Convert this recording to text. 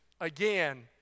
again